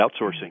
outsourcing